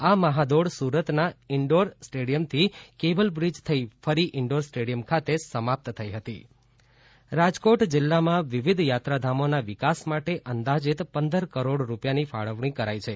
આ મહા દોડ સુરતના ઇન્ડોર સ્ટેડિયમથી કેબલ બ્રિજ થઈ ફરી ઇન્ડોર સ્ટેડિયમ ખાતે સમાપ્ત થઈ હતી રાજકોટ પ્રવાસન વિકાસ સોસાયટીની બેઠક રાજકોટ જિલ્લાના વિવિધ યાત્રાધામોના વિકાસ માટે અંદાજીત પંદર કરોડ રૂપિયાની ફાળવણી કરાઇ છે